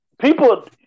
people